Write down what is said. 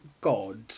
god